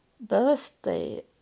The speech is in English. birthday